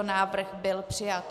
Návrh byl přijat.